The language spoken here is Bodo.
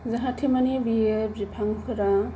जाहाथे माने बियो बिफांफोरा